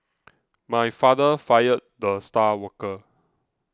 my father fired the star worker